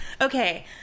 Okay